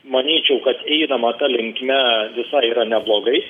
manyčiau kad einama ta linkme visai yra neblogai